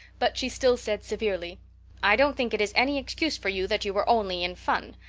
but she still said severely i don't think it is any excuse for you that you were only in fun.